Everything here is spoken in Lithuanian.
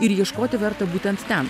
ir ieškoti verta būtent ten